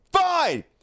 fine